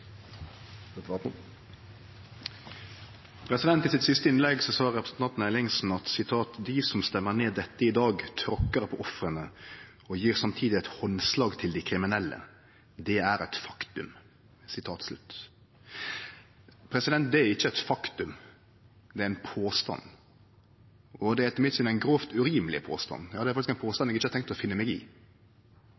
grundigere utredning. I sitt siste innlegg sa representanten Ellingsen: «De som stemmer ned forslaget i dag, gir et håndslag til de kriminelle og tråkker samtidig på ofrene for norsk kriminalitet, og det er et faktum.» Det er ikkje eit faktum. Det er ein påstand. Og det er etter mitt syn ein grovt urimeleg påstand. Det er faktisk ein